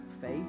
faith